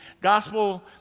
gospel